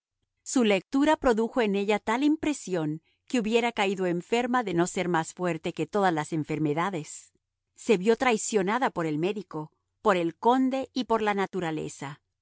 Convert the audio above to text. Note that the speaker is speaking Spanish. su lectura produjo en ella tal impresión que hubiera caído enferma de no ser más fuerte que todas las enfermedades se vio traicionada por el médico por el conde y por la naturaleza